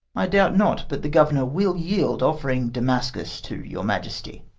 i doubt not but the governor will yield, offering damascus to your majesty.